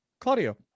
Claudio